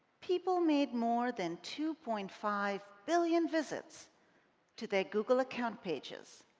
people made more than two point five billion visits to their google account pages,